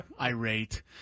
irate